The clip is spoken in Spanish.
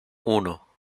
uno